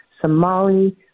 Somali